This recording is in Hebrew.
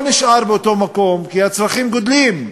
הוא לא נשאר באותו מקום, כי הצרכים גדלים.